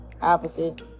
opposite